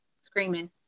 screaming